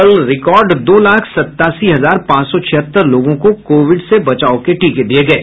कल रिकार्ड दो लाख सत्तासी हजार पांच सौ छिहत्तर लोगों को कोविड से बचाव के टीके दिये गये